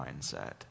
mindset